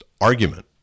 Argument